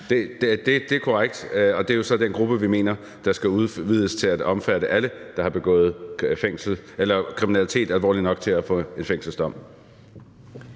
Det er korrekt, og det er jo så den gruppe, vi mener skal udvides til at omfatte alle, der har begået kriminalitet, der er alvorlig nok til, at man får en fængselsdom.